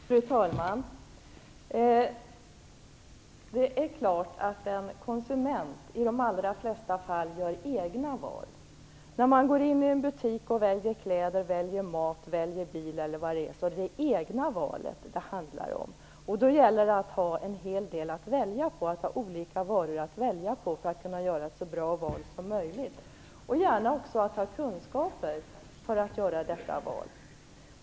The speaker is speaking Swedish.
Fru talman! Det är klart att en konsument i de allra flesta fall gör egna val. När man går in i en butik och väljer kläder, mat, bil e.d. är det egna valet som det handlar om, och då gäller det att ha en hel del olika varor att välja mellan för att kunna göra ett så bra val som möjligt och gärna också att ha kunskaper för att göra detta val.